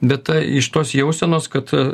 bet ta iš tos jausenos kad